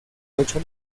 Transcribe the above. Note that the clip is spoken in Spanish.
ocho